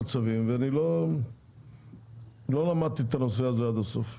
ולא למדתי את הנושא הזה עד הסוף.